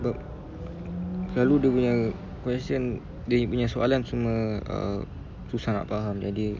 but selalu dia punya question dia punya soalan semua ah susah nak faham jadi